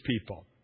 people